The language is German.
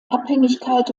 abhängigkeit